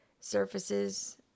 surfaces